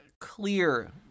clear